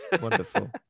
wonderful